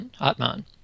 Atman